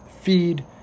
feed